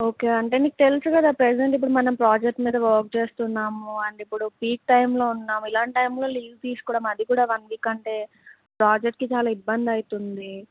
okay అంటే నీకు తెలుసు కదా ప్రెజెంట్ ఇప్పుడు మనం ప్రాజెక్ట్ మీద వర్క్ చేస్తున్నాము అండ్ ఇప్పుడు పీక్ టైంలో ఉన్నాము ఇలాంటి టైంలో లీవ్ తీసుకోవడం అది కూడా వన్ వీక్ అంటే ప్రాజెక్ట్కి చాలా ఇబ్బంది అవుతుంది